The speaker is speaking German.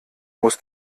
muss